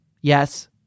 Yes